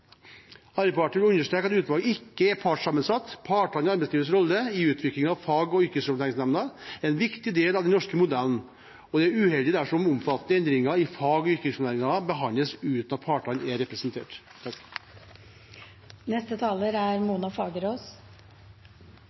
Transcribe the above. Arbeiderpartiet vil understreke at utvalget ikke er partssammensatt. Partene i arbeidslivets rolle i utviklingen av fag- og yrkesopplæringen er en viktig del av den norske modellen, og det er uheldig dersom omfattende endringer i fag- og yrkesopplæringen behandles uten at partene er representert. Ja, det er